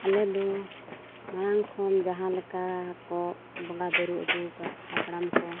ᱟᱞᱮ ᱫᱚ ᱢᱟᱲᱟᱝ ᱠᱷᱚᱱ ᱡᱟᱦᱟᱸ ᱞᱮᱠᱟ ᱠᱚ ᱵᱚᱸᱜᱟᱼᱵᱳᱨᱳ ᱟᱹᱜᱩ ᱠᱟᱜ ᱦᱟᱯᱲᱟᱢ ᱠᱚ